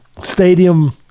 stadium